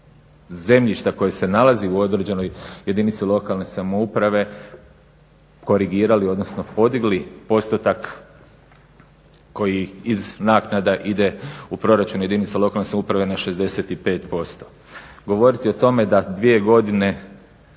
zemljišta koje se nalazi u određenoj jedinici lokalne samouprave korigirali, odnosno podigli postotak koji iz naknada ide u proračun jedinica lokalne samouprave na 65%. Govoriti o tome da dvije godine